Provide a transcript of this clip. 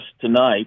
tonight